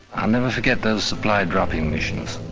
i'll never forget those supply dropping missions,